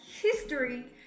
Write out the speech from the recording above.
history